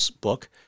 book